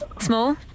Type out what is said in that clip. small